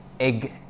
Egg